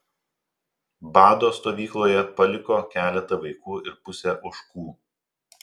bado stovykloje paliko keletą vaikų ir pusę ožkų